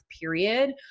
period